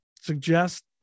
suggest